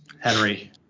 Henry